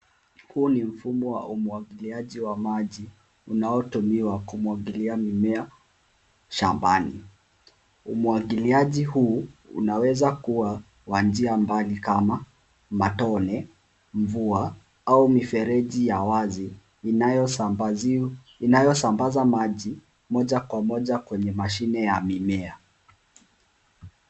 Huu ni mfumo wa umwagiliaji wa maji unaotumiwa kumwagilia mimea shambani. Umwagiliaji huu unaweza kuwa wa njia mbali kama matone, mvua au mifereji ya wazi inayosambaza maji moja kwa moja kwenye mashina ya mimea.